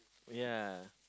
ya